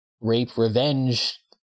rape-revenge